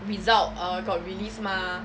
result err got released mah